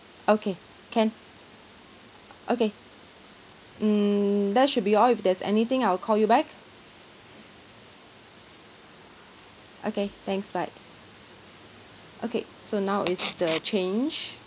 okay can okay mm that should be all if there's anything I'll call you back okay thanks bye okay so now is the change